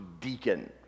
deacon